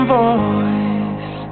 voice